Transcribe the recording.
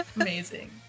Amazing